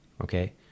Okay